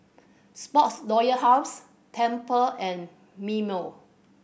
Sports Royal House Tempur and Mimeo